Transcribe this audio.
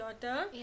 daughter